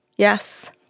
Yes